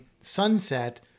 sunset